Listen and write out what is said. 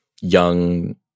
young